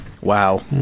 wow